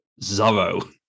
Zorro